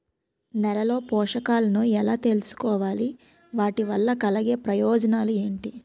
నేలలో పోషకాలను ఎలా తెలుసుకోవాలి? వాటి వల్ల కలిగే ప్రయోజనాలు ఏంటి?